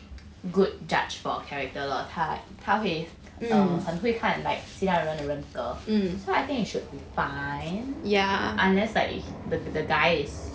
good judge for character lor 她会 err 很会看 like 其他人的人格 or so I think it should be fine unless like the guy is